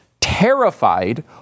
terrified